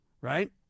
Right